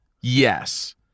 Yes